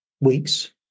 weeks